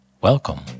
Welcome